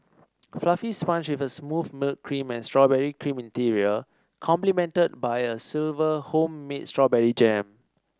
fluffy sponge with a smooth milk cream and strawberry cream interior complemented by a silver home made strawberry jam